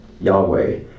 Yahweh